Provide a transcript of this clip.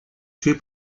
tués